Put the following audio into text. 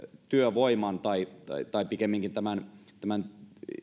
työvoiman tai tai pikemminkin tämän tämän